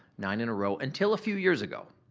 nine in a row until a few years ago.